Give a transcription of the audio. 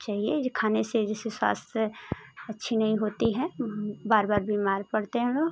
चाहिए खाने से जैसे स्वास्थ्य अच्छी नहीं होती है बार बार बीमार पड़ते हैं वो